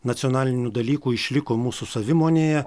nacionalinių dalykų išliko mūsų savimonėje